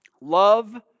Love